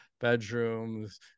bedrooms